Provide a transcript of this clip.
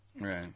Right